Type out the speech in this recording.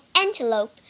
antelope